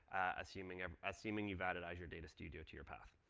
assuming um assuming you've added azure data studio to your path.